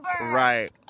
right